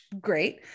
great